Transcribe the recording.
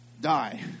die